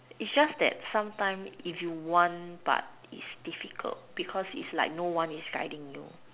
it's just that sometime if you want but it's difficult because no one is guiding you